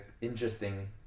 interesting